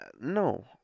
no